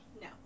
No